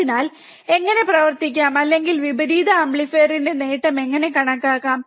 അതിനാൽ എങ്ങനെ പ്രവർത്തിക്കാം അല്ലെങ്കിൽ വിപരീത ആംപ്ലിഫയറിന്റെ നേട്ടം എങ്ങനെ കണക്കാക്കാം